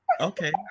okay